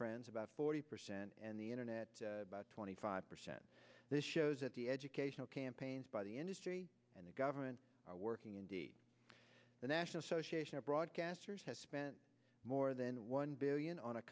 friends about forty percent and the internet about twenty five percent this shows that the educational campaigns by the industry and the government are working in the national association of broadcasters has spent more than one billion on a